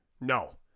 No